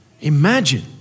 Imagine